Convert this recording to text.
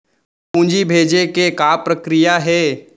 पूंजी भेजे के का प्रक्रिया हे?